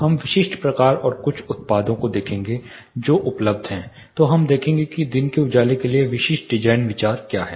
हम विशिष्ट प्रकार और कुछ उत्पादों को देखेंगे जो उपलब्ध हैं तो हम देखेंगे कि दिन के उजाले के लिए विशिष्ट डिजाइन विचार क्या हैं